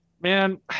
Man